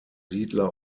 siedler